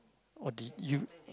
or did you